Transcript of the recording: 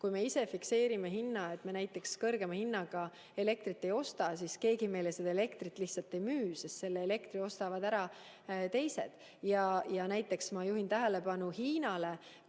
Kui me ise fikseerime hinna, et me näiteks kõrgema hinnaga elektrit ei osta, siis keegi meile seda elektrit lihtsalt ei müü, sest selle elektri ostavad ära teised. Näiteks, ma juhin tähelepanu Hiinale,